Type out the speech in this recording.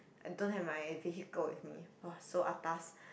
I don't have my vehicle with me !wah! so atas